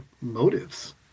motives